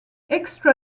extra